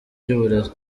ry’uburezi